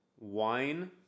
wine